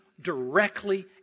directly